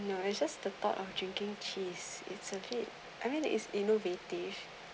you know it's just the thought of drinking cheese it's okay I mean it's innovative